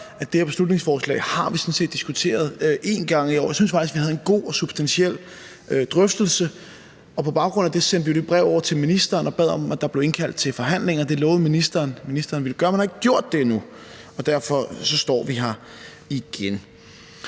at det her beslutningsforslag har vi sådan set diskuteret en gang i år. Jeg synes faktisk, vi havde en god og substantiel drøftelse, og på baggrund af det sendte vi jo et brev over til ministeren og bad om, at der blev indkaldt til forhandlinger. Det lovede ministeren at han ville gøre, men han har ikke gjort det endnu, og derfor står vi her igen.